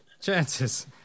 chances